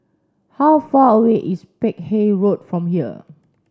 how far away is Peck Hay Road from here